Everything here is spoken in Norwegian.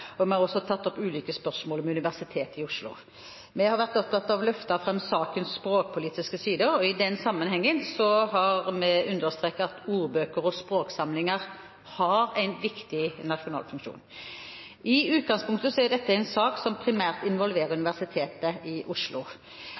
og vi har også tatt opp ulike spørsmål med Universitetet i Oslo. Vi har vært opptatt av å løfte fram sakens språkpolitiske sider, og i den sammenhengen har vi understreket at ordbøker og språksamlinger har en viktig nasjonal funksjon. I utgangspunktet er dette en sak som primært involverer Universitetet i Oslo.